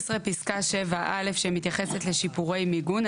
פסקה 7 א' שמתייחסת לשיפורי מיגון,